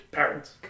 Parents